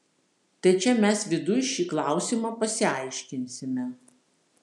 tai čia mes viduj šį klausimą pasiaiškinsime